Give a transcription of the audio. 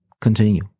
continue